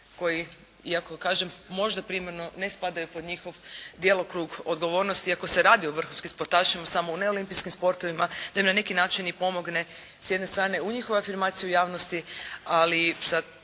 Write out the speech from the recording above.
koji iako kažem možda primarno ne spadaju pod njihov djelokrug odgovornosti iako se radi o vrhunskim sportašima samo u neolimpijskim sportovima da im na neki način i pomogne s jedne strane u njihovoj afirmaciji u javnosti ali na